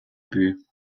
but